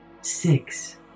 six